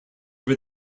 were